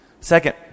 Second